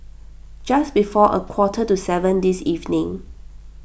just before a quarter to seven this evening